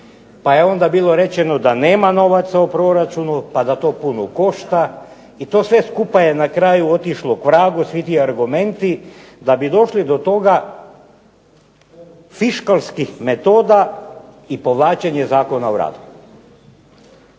Pa je onda bilo rečeno da nema novaca u proračunu, pa da to puno košta i to sve skupa je na kraju otišlo k vragu, svi ti argumenti da bi došli do toga fiškalskih metoda i povlačenje Zakona o radu.